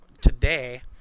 today